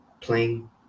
playing